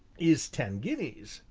is ten guineas,